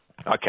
Okay